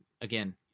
again